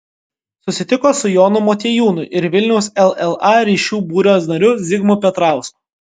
susitiko su jonu motiejūnu ir vilniaus lla ryšių būrio nariu zigmu petrausku